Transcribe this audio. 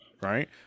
right